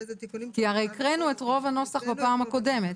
הרי קראנו את רוב הנוסח בפעם הקודמת,